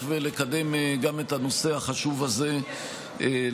ולקדם גם את הנושא החשוב הזה לגופו.